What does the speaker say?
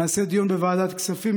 נעשה דיון בוועדת הכספים.